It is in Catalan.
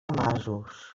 masos